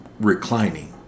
reclining